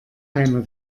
einer